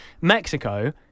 Mexico